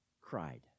cried